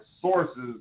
sources